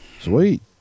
Sweet